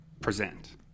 present